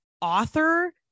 author